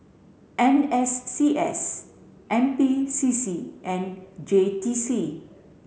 N S C S N P C C and J T C